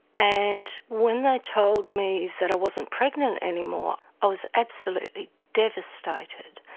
and when they told me that i wasn't pregnant any more, i was absolutely devastated.